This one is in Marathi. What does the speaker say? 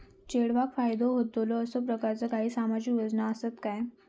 चेडवाक फायदो होतलो असो प्रकारचा काही सामाजिक योजना असात काय?